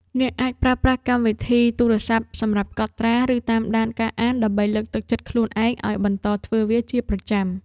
អ្នកអាចប្រើប្រាស់កម្មវិធីទូរស័ព្ទសម្រាប់កត់ត្រា ឬតាមដានការអាន ដើម្បីលើកទឹកចិត្តខ្លួនឯងឱ្យបន្តធ្វើវាជាប្រចាំ។